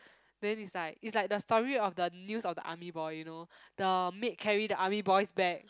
then is like is like the story of the news of the army boy you know the maid carry the army boy's bag